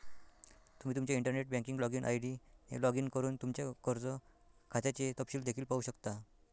तुम्ही तुमच्या internet banking login ID ने लॉग इन करून तुमच्या कर्ज खात्याचे तपशील देखील पाहू शकता